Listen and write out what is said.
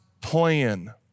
plan